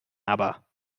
aber